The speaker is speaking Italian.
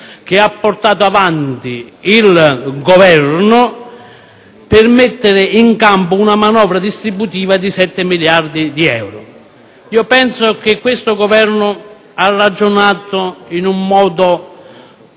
che ha portato avanti il Governo per mettere in campo una manovra distributiva di 7 miliardi di euro. Penso che questo Governo abbia ragionato in un modo